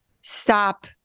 stop